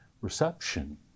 reception